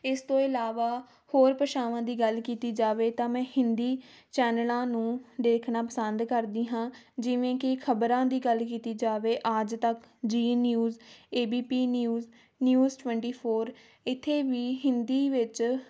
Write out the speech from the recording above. ਇਸ ਤੋਂ ਇਲਾਵਾ ਹੋਰ ਭਾਸ਼ਾਵਾਂ ਦੀ ਗੱਲ ਕੀਤੀ ਜਾਵੇ ਤਾਂ ਮੈਂ ਹਿੰਦੀ ਚੈਨਲਾਂ ਨੂੰ ਦੇਖਣਾ ਪਸੰਦ ਕਰਦੀ ਹਾਂ ਜਿਵੇਂ ਕਿ ਖ਼ਬਰਾਂ ਦੀ ਗੱਲ ਕੀਤੀ ਜਾਵੇ Aaj Tak Zee news A B P news news twenty four ਇੱਥੇ ਵੀ ਹਿੰਦੀ ਵਿੱਚ